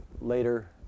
later